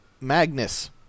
Magnus